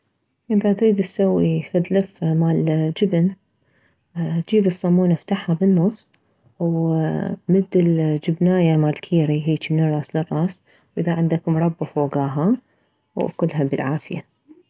اذا تريد تسوي فد لفة مالجبن جيب الصمونة افتحها بالنص ومد الجبناية مالكيري هيجي من الراس للراس واذا عندك مربى فوكاها واكلها بالعافية